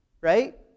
right